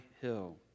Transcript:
hill